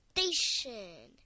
Station